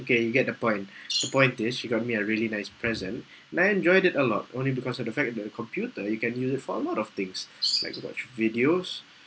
okay you get the point the point is she got me a really nice present and I enjoyed it a lot only because of the fact that the computer you can use it for a lot of things like to watch videos